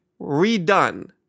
redone